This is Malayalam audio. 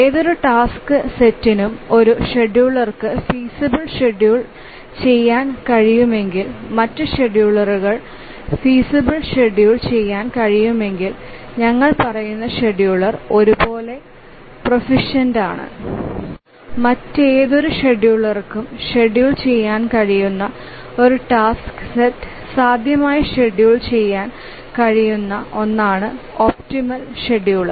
ഏതൊരു ടാസ്ക് സെറ്റിനും ഒരു ഷെഡ്യൂളർക്ക് ഫീസബൽ ഷെഡ്യൂൾ ചെയ്യാൻ കഴിയുമെങ്കിൽ മറ്റ് ഷെഡ്യൂളർക്ക് ഫീസബൽ ഷെഡ്യൂൾ ചെയ്യാൻ കഴിയുമെങ്കിൽ ഞങ്ങൾ പറയുന്ന ഷെഡ്യൂളർ ഒരുപോലെ പ്രാഫിഷൻറ്റ് മറ്റേതൊരു ഷെഡ്യൂളർക്കും ഷെഡ്യൂൾ ചെയ്യാൻ കഴിയുന്ന ഒരു ടാസ്ക് സെറ്റ് സാധ്യമായി ഷെഡ്യൂൾ ചെയ്യാൻ കഴിയുന്ന ഒന്നാണ് ഒപ്റ്റിമൽ ഷെഡ്യൂളർ